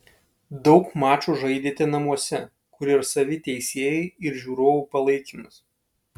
daug mačų žaidėte namuose kur ir savi teisėjai ir žiūrovų palaikymas